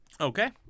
Okay